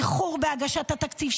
איחור בהגשת התקציב,